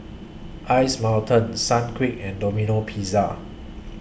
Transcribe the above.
Ice Mountain Sunquick and Domino Pizza